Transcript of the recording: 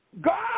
God